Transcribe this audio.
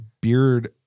beard